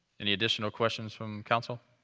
any additional questions from council?